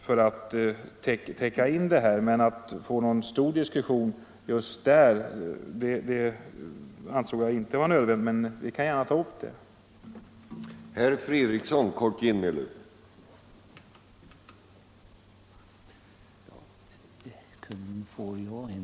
Jag ansåg dock inte att det var nödvändigt med någon stor diskussion på den punkten, men vi kan naturligtvis ta upp en sådan.